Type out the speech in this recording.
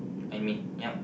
and me ya